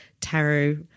tarot